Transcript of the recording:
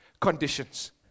conditions